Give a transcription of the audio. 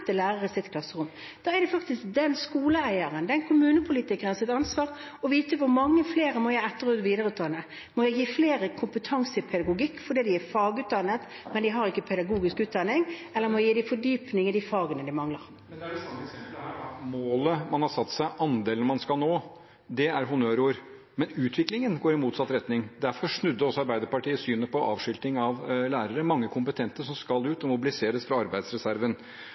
i sine klasserom. Da er det faktisk den skoleeiers, den kommunepolitikers, ansvar å vite hvor mange flere som må etter- og videreutdannes. Må flere gis kompetanse i pedagogikk fordi de er fagutdannet, men ikke har pedagogisk utdanning, eller må de gis fordypning i de fagene de mangler? Men det er det samme eksemplet her: Målet man har satt seg, andelen man skal nå, er honnørord, men utviklingen går i motsatt retning. Derfor snudde også Arbeiderpartiet i synet på avskilting av lærere – mange kompetente som skal ut og mobiliseres fra arbeidsreserven.